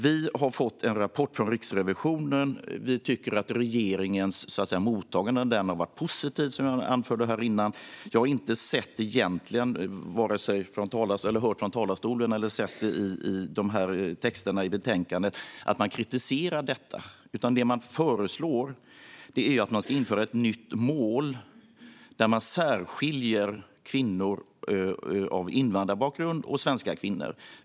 Vi har fått en rapport från Riksrevisionen. Vi tycker att regeringens mottagande av den har varit positivt, som jag anförde här tidigare. Jag har egentligen varken hört från talarstolen eller sett i texterna i betänkandet att ni kritiserar detta. Det ni föreslår är att man ska införa ett nytt mål där man särskiljer kvinnor med invandrarbakgrund och svenska kvinnor.